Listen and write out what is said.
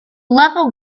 level